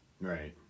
Right